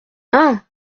hein